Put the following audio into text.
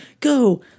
go